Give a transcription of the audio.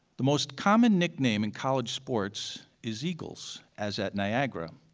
the most common nickname in college sports is eagles, as at niagara.